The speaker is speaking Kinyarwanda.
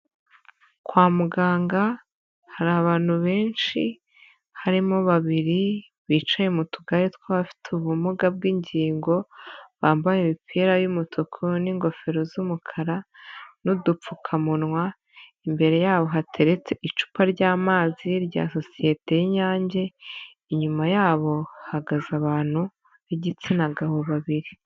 Kwa muganga hari abantu benshi harimo babiri bicaye mu tugare tw'abafite ubumuga bw'ingingo bambaye imipira y'umutuku n'ingofero z'umukara n'udupfukamunwa, imbere yabo hateretse icupa ry'amazi rya sosiyete y'Inyange, inyuma yabo hahagaze abantu b'igitsina gabo babiri.